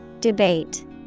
Debate